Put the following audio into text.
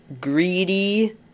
greedy